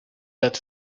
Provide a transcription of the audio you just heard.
that